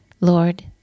Lord